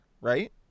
Right